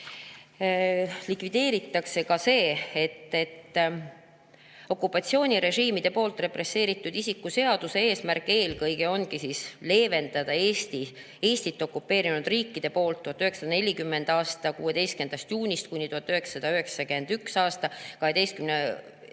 likvideeritakse [ülekohut]. Okupatsioonirežiimide poolt represseeritud isiku seaduse eesmärk eelkõige ongi leevendada Eestit okupeerinud riikide poolt 1940. aasta 16. juunist kuni 1991. aasta 12. augustini